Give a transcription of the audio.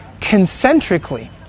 concentrically